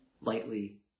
lightly